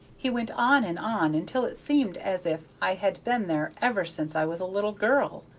he went on and on, until it seemed as if i had been there ever since i was a little girl.